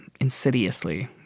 insidiously